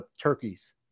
turkeys